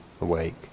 awake